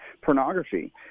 pornography